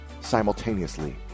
simultaneously